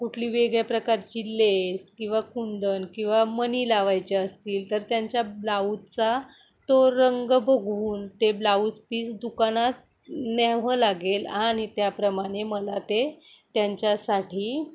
कुठली वेगळ्या प्रकारची लेस किंवा कुंदन किंवा मणी लावायचे असतील तर त्यांच्या ब्लाऊजचा तो रंग बघून ते ब्लाऊज पीस दुकानात न्यावं लागेल आणि त्याप्रमाणे मला ते त्यांच्यासाठी